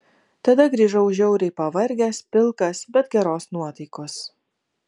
tada grįžau žiauriai pavargęs pilkas bet geros nuotaikos